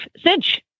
Cinch